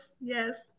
yes